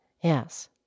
Yes